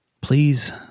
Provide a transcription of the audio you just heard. please